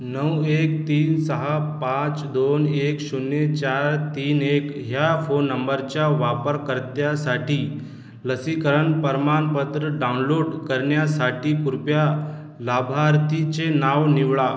नऊ एक तीन सहा पाच दोन एक शून्य चार तीन एक ह्या फोन नंबरच्या वापरकर्त्यासाठी लसीकरण प्रमाणपत्र डाउनलोड करन्यासाठी कृपया लाभार्थीचे नाव निवडा